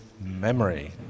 memory